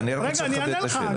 --- רגע, אני אענה לך.